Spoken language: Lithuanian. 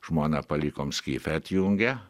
žmoną palikom skife atjungę